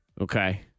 Okay